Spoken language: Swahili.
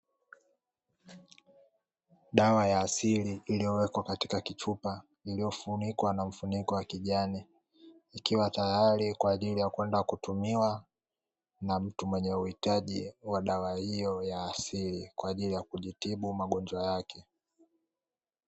Dawa ya asili iliyowekwa katika kichupa iliyofunikwa na mfuniko wa kijani, ikiwa tayari kwa ajili ya kwenda kutumiwa na mtu mwenye uhitaji wa dawa hiyo ya asili kwa ajili ya kujitibu magonjwa yake.